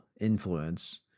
influence